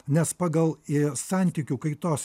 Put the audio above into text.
nes pagal santykių kaitos